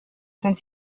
sind